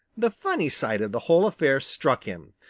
the funny side of the whole affair struck him,